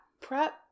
prep